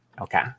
Okay